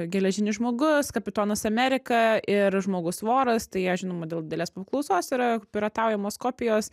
geležinis žmogus kapitonas amerika ir žmogus voras tai jie žinoma dėl didelės paklausos yra pirataujamos kopijos